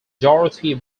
dorothy